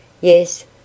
Yes